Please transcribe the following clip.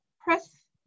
press